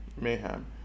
mayhem